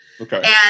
Okay